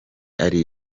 ari